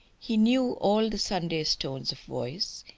he knew all the sunday's tones of voice